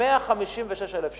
156,000 שקל.